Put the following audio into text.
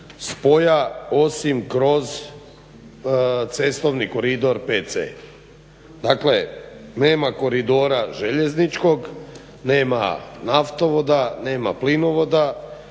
spoja osim kroz cestovni koridor 5C. Dakle, nema koridora željezničkog, nema naftovoda, nema plinovoda,